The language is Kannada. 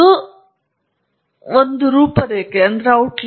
ಆದ್ದರಿಂದ ನೀವು ಮಾಡಬಹುದಾದ ವಿವಿಧ ವಿಷಯಗಳು ನಿಮಗೆ ಆಯ್ಕೆ